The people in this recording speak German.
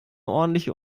ordentliche